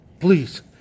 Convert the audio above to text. please